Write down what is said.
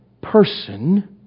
person